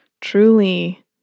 truly